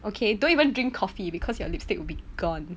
okay don't even drink coffee because your lipstick would be gone